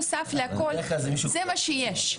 בדרך כלל זאת מישהי קבועה.